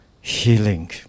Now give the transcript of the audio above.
healing